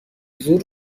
زور